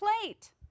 plate